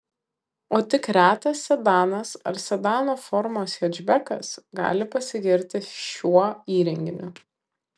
o tik retas sedanas ar sedano formos hečbekas gali pasigirti šiuo įrenginiu